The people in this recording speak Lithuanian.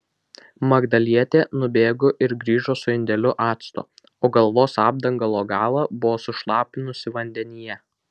magdalietė nubėgo ir grįžo su indeliu acto o galvos apdangalo galą buvo sušlapinusi vandenyje